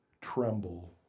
tremble